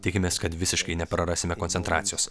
tikimės kad visiškai neprarasime koncentracijos